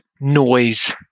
noise